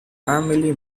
family